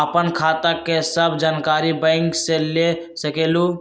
आपन खाता के सब जानकारी बैंक से ले सकेलु?